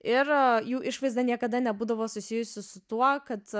ir jų išvaizda niekada nebūdavo susijusi su tuo kad